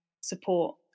support